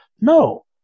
No